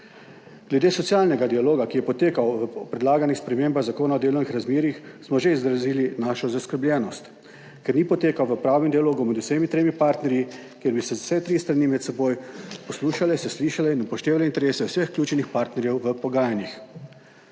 Glede socialnega dialoga, ki je potekal o predlaganih spremembah Zakona o delovnih razmerjih, smo že izrazili našo zaskrbljenost, ker ni potekal v pravem dialogu med vsemi tremi partnerji, kjer bi se vse tri strani med seboj poslušale, slišale in upoštevale interese vseh ključnih partnerjev v pogajanjih.